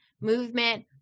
movement